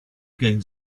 again